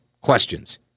questions